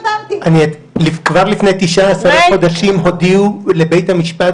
כבר לפני תשעה-עשרה חודשים הודיעו לבית משפט